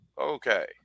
Okay